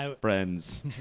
Friends